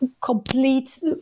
complete